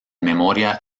memoria